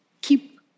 keep